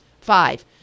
five